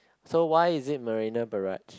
so why is it Marina Barrage